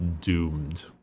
doomed